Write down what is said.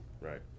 right